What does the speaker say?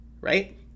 right